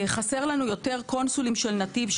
חסרים לנו יותר קונסולים של נתיב,